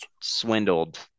swindled